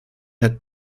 had